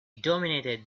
dominated